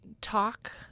talk